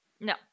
No